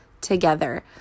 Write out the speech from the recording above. together